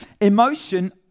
Emotion